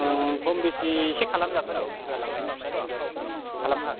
खम बिसि एसे खालाम जागोन औ बुरजा लांनायनि खोथाथ' औ खालामनो हागोन